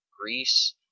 Greece